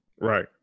right